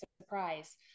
surprise